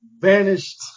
vanished